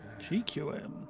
GQM